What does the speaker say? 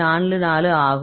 44 ஆகும்